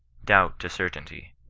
doubt to certainty